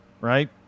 right